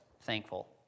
thankful